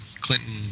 Clinton